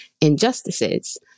injustices